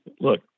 look